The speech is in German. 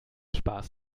spaß